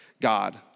God